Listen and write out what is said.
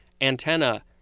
antenna